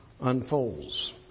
unfolds